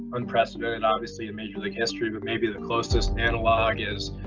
unprecedented, obviously, in major league history. but maybe the closest analog is